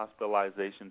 hospitalizations